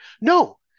no